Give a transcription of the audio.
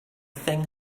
thing